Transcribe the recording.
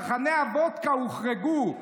צרכני הוודקה הוחרגו,